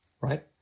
right